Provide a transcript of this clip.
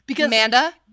Amanda